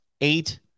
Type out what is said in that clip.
eight